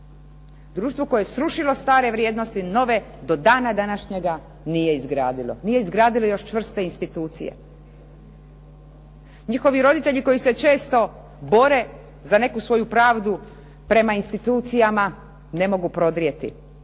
Društvu koje je srušilo stare vrijednosti, nove do dana današnjega nije izgradilo, nije izgradilo još čvrste institucije. Njihovi roditelji koji se često bore za neku svoju pravdu prema institucijama ne mogu prodrijeti